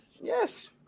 yes